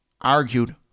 argued